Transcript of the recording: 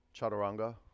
chaturanga